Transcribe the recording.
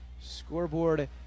Scoreboard